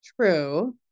True